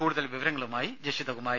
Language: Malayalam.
കൂടുതൽ വിവരങ്ങളുമായി ജഷിത കുമാരി